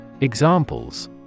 Examples